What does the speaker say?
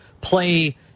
play